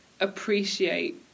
appreciate